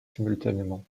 simultanément